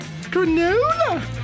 Granola